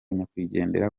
nyakwigendera